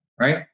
right